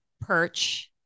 Perch